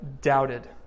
doubted